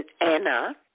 Anna